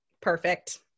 perfect